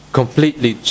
completely